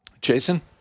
Jason